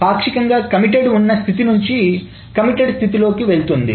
పాక్షికంగా కమిటెడ్ ఉన్న స్థితి నుంచి కమిటెడ్ స్థితిలోనికి వెళుతుంది